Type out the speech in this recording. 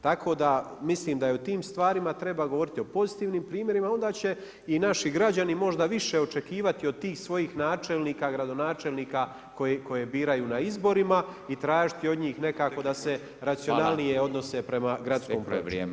Tako, da mislim da o tim stvarima treba govoriti o pozitivnim primjerima, onda će i naši građani možda više očekivati od tih svojih načelnika, gradonačelnika, koji biraju na izborima i tražiti od njih nekako da se racionalnije odnose prema gradskoj upravi.